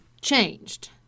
changed